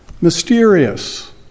mysterious